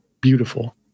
beautiful